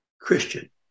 Christian